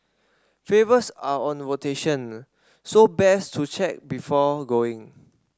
flavours are on rotation so best to check before going